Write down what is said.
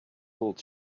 old